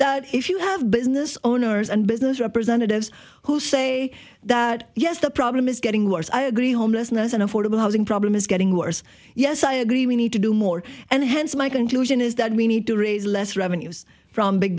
that if you have business owners and business representatives who say that yes the problem is getting worse i agree homelessness and affordable housing problem is getting worse yes i agree we need to do more and hence my conclusion is that we need to raise less revenues from big